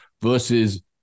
versus